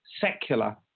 secular